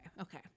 Okay